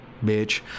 bitch